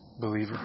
believer